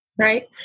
right